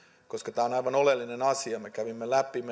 koska tämä on aivan oleellinen asia me kävimme läpi